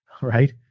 right